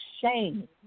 shame